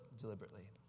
deliberately